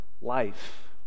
life